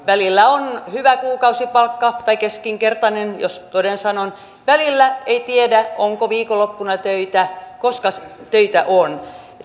välillä on hyvä kuukausipalkka tai keskinkertainen jos toden sanon välillä ei tiedä onko viikonloppuna töitä koska töitä on